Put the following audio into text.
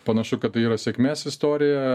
panašu kad tai yra sėkmės istorija